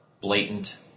blatant